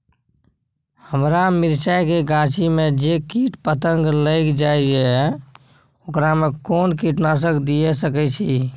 हमरा मिर्चाय के गाछी में जे कीट पतंग लैग जाय है ओकरा में कोन कीटनासक दिय सकै छी?